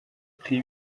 pris